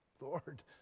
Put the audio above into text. Lord